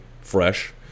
fresh